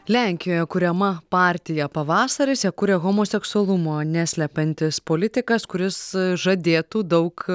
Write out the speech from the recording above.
lenkijoje kuriama partija pavasaris ją kuria homoseksualumo neslepiantis politikas kuris žadėtų daug